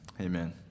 Amen